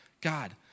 God